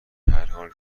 هرحال